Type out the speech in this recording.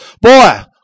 Boy